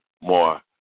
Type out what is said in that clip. more